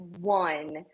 one